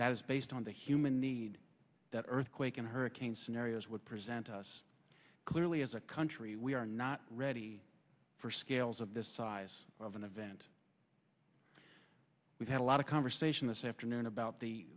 that is based on the human need that earthquake and hurricane scenarios would present us clearly as a country we are not ready for scales of this size of an event we've had a lot of conversation this afternoon about